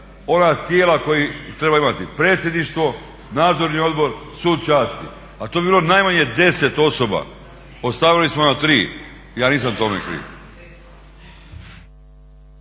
ona tijela koja trebaju imati predsjedništvo, nadzorni odbor, sud časti. A to bi bilo najmanje 10 osoba, ostavili smo na 3. Ja nisam tome kriv.